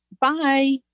bye